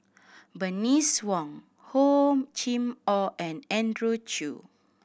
Bernice Wong Hor Chim Or and Andrew Chew